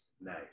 nice